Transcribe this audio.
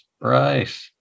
right